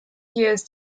years